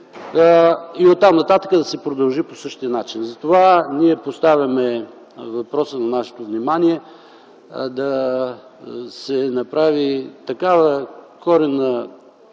и оттам нататък да си продължи по същия начин. Затова ние поставяме въпроса на нашето внимание – да се направи коренна